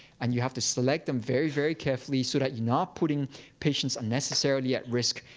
and you have to select them very, very carefully so that you're not putting patients unnecessarily at risk.